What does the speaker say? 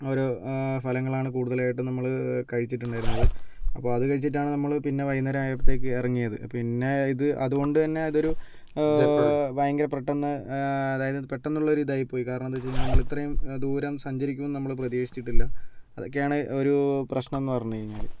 ഓരോ ഫലങ്ങളാണ് കൂടുതലായിട്ടും നമ്മള് കഴിച്ചിട്ടുണ്ടായിരുന്നത് അപ്പോൾ അത് കഴിച്ചിട്ടാണ് നമ്മള് പിന്നെ വൈന്നേരമായപ്പോഴത്തേക്ക് ഇറങ്ങിയത് പിന്നെ ഇത് അതു കൊണ്ടു തന്നെ ഇത് ഒരു ഭയങ്കര പെട്ടന്ന് അതായത് പെട്ടന്നുള്ള ഒരു ഇതായി പോയി കാരണം എന്താ വെച്ച് കഴിഞ്ഞാൽ നമ്മള് ഇത്രെയും ദൂരം സഞ്ചരിക്കുംന്ന് നമ്മള് പ്രതീഷിച്ചട്ടില്ല അതൊക്കെയാണ് ഒരു പ്രശ്നമെന്ന് പറഞ്ഞ് കഴിഞ്ഞാല്